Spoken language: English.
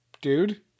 dude